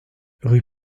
rue